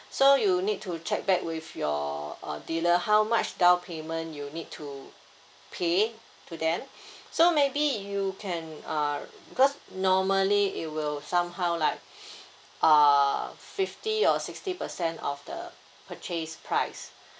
so you need to check back with your uh dealer how much down payment you need to pay to them so maybe you can uh because normally it will somehow like err fifty or sixty per cent of the purchase price